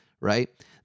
right